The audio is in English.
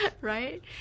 Right